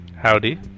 Howdy